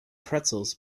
pretzels